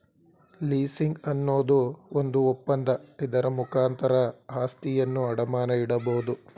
leasing ಅನ್ನೋದು ಒಂದು ಒಪ್ಪಂದ, ಇದರ ಮುಖಾಂತರ ಆಸ್ತಿಯನ್ನು ಅಡಮಾನ ಇಡಬೋದು